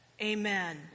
Amen